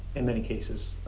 in many cases,